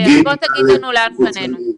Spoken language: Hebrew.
תאמר לנו לאן פנינו.